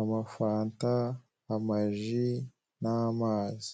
amafanta, amaji, n'amazi.